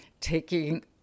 taking